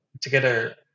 together